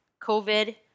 COVID